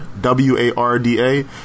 W-A-R-D-A